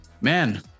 man